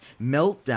meltdown